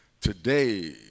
Today